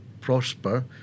prosper